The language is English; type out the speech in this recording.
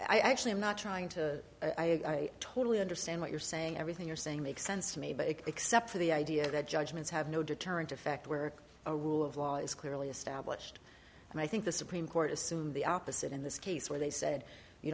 i actually i'm not trying to i totally understand what you're saying everything you're saying makes sense to me but except for the idea that judgments have no deterrent effect work a rule of law is clearly established and i think the supreme court assumed the opposite in this case where they said you